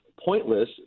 pointless